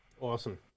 Awesome